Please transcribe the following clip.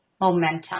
momentum